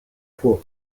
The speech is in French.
fois